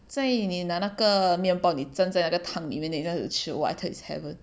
在意你拿那个面包你真正在那个汤里面你酱纸吃 !wah! I thought is heaven